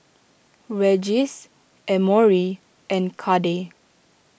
Regis Emory and Cade